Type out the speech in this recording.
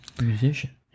Musician